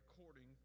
according